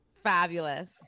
Fabulous